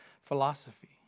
philosophy